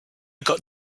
got